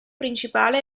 principale